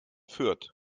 fürth